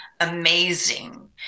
amazing